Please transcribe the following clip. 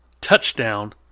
touchdown